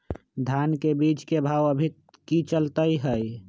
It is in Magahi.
धान के बीज के भाव अभी की चलतई हई?